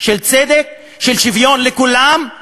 של צדק, של שוויון לכולם,